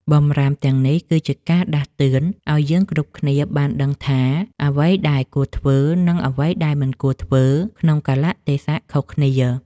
បម្រាមទាំងនេះ គឺ ជាការដាស់តឿនឱ្យយើងគ្រប់គ្នាបានដឹងថាអ្វីដែលគួរធ្វើ និងអ្វីដែលមិនគួរធ្វើក្នុងកាលៈទេសៈខុសគ្នា។